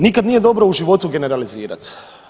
Nikad nije dobro u životu generalizirati.